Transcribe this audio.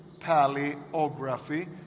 paleography